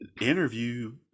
interview